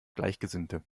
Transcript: gleichgesinnte